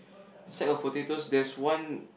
sack of potatoes there's one